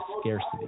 scarcity